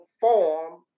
form